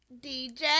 DJ